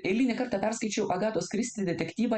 eilinį kartą perskaičiau agatos kristi detektyvą